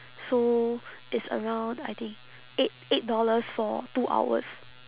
so it's around I think eight eight dollars for two hours